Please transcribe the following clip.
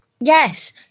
Yes